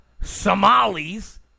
Somalis